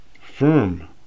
firm